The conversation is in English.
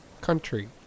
country